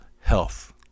health